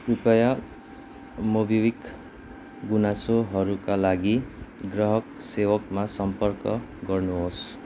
कृपया मोबिक्विक गुनासोहरूका लागि ग्राहक सेवामा सम्पर्क गर्नुहोस्